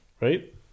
Right